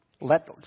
let